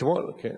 אתמול זה היה?